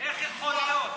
איך יכול להיות?